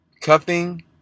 cuffing